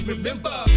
Remember